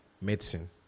medicine